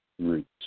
roots